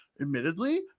Admittedly